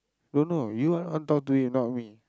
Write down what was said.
don't know you are the one talk to him not me